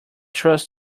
trust